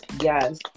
Yes